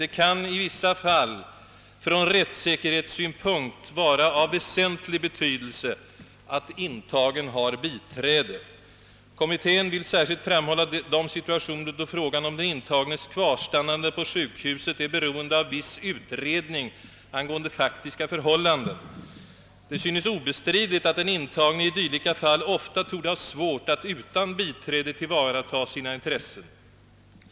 Det kan »i vissa fall från rättssäkerhetssynpunkt vara av väsentlig betydelse att intagen har biträde. Kommittén vill särskilt framhålla de situationer, då frågan om den intagnes kvarstannande på sjukhuset är beroende av viss utredning angående faktiska förhållanden. Det synes obestridligt att den intagne i dylika fall ofta torde ha svårt att utan biträde tillvarata sina intressen.